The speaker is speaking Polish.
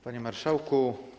Panie Marszałku!